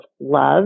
love